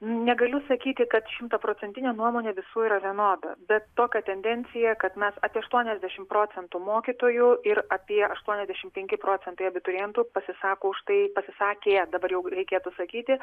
negaliu sakyti kad šimtaprocentinė nuomonė visų yra vienoda bet tokia tendencija kad mes apie aštuoniasdešimt procentų mokytojų ir apie aštuoniasdešimt penki procentai abiturientų pasisako už tai pasisakė dabar jau reikėtų sakyti